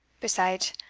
besides,